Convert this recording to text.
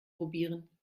probieren